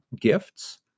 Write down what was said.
gifts